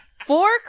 Four